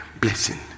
blessing